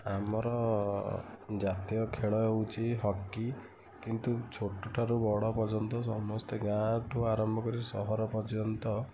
ଆମର ଜାତୀୟ ଖେଳ ହେଉଛି ହକି କିନ୍ତୁ ଛୋଟଠାରୁ ବଡ଼ ପର୍ଯ୍ୟନ୍ତ ସମସ୍ତେ ଗାଁଠୁ ଆରମ୍ଭ କରିକି ସହର ପର୍ଯ୍ୟନ୍ତ